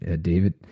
David